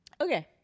Okay